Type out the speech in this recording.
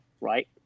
right